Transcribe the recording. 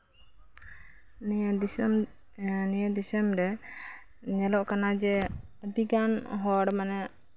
ᱱᱤᱭᱟᱹ ᱫᱤᱥᱚᱢ ᱨᱮ ᱧᱮᱞᱚᱜ ᱠᱟᱱᱟ ᱡᱮ ᱟᱹᱰᱤ ᱜᱟᱱ ᱦᱚᱲ ᱡᱮ